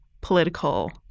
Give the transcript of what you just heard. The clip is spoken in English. political